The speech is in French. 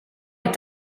est